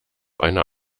einer